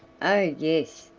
oh! yes,